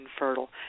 infertile